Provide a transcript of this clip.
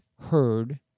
heard